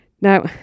Now